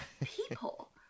people